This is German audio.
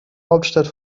hauptstadt